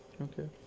Okay